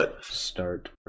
start